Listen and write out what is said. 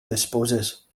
disposes